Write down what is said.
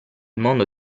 mondo